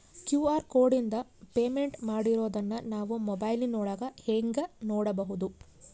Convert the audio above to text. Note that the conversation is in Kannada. ಕ್ಯೂ.ಆರ್ ಕೋಡಿಂದ ಪೇಮೆಂಟ್ ಮಾಡಿರೋದನ್ನ ನಾವು ಮೊಬೈಲಿನೊಳಗ ಹೆಂಗ ನೋಡಬಹುದು?